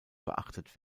beachtet